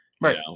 Right